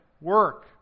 work